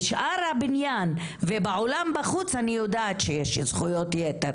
בשאר הבניין ובעולם בחוץ אני יודעת שיש זכויות יתר